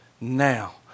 now